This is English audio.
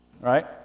Right